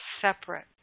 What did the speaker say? separate